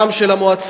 גם של המועצה,